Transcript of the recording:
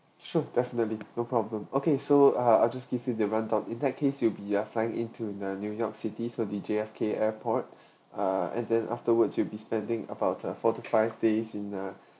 sure definitely no problem okay so uh I'll just give you the rundown in that case you be uh flying into the new york city so the J_F_K airport uh and then afterwards you'll be standing about a forty five days in uh